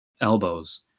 elbows